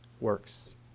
works